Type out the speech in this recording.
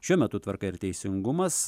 šiuo metu tvarka ir teisingumas